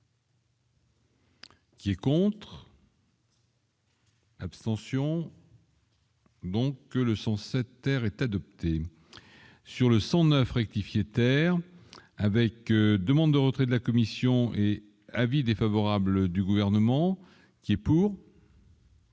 Qui est contre. Abstention. Donc le sens cette terre est adoptée sur le sang 9 rectifier terme. Avec demande de retrait de la Commission et avis défavorable du gouvernement qui est pour.